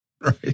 Right